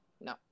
No